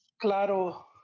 Claro